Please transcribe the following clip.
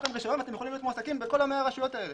אתם יכולים להיות מועסקים בכל ה-100 רשויות האלה.